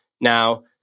Now